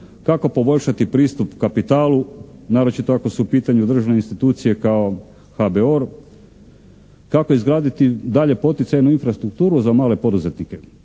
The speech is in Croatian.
kako poboljšati pristup kapitalu, naročito ako su u pitanju državne institucije kao HBOR, kako izgraditi dalje poticajnu infrastrukturu za male poduzetnike?